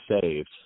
saved